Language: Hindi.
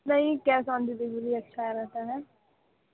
नहीं कैश ओन डिलेवरी अच्छा रहता है